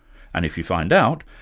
and if you find out,